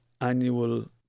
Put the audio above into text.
annual